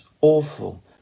awful